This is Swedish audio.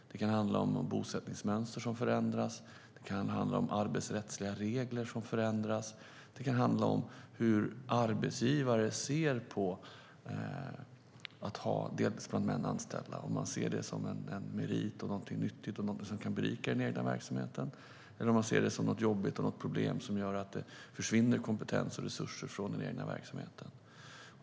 Det kan handla om bosättningsmönster som förändras. Det kan handla om arbetsrättsliga regler som förändras. Det kan också handla om hur arbetsgivare ser på att ha deltidsbrandmän anställda - om man ser det som en merit, något nyttigt och något som kan berika den egna verksamheten eller om man ser det som något jobbigt och ett problem som gör att det försvinner kompetens och resurser från den egna verksamheten.